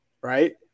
right